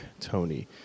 Tony